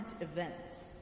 Events